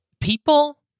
People